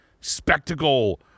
spectacle